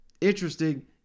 Interesting